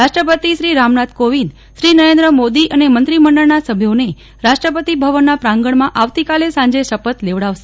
રાષ્ટ્રપતિ શ્રી રામનાથ કોવિંદ શ્રી નરેન્દ્ર મોદી અને મંત્રીમંડળના સભ્યોને રાષ્ટ્રપતિ ભવનના પ્રાંગણમાં આવતીકાલે સાંજે શપથ લેવડાવશે